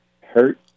hurt